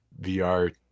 VR